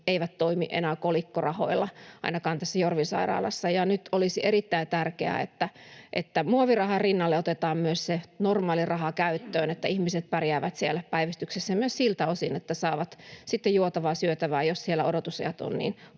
eivät toimi enää kolikkorahoilla ainakaan Jorvin sairaalassa. Nyt olisi erittäin tärkeää, että muovirahan rinnalle otetaan myös normaali raha käyttöön, niin että ihmiset pärjäävät siellä päivystyksessä myös siltä osin, että saavat sitten juotavaa, syötävää, jos siellä odotusajat ovat niin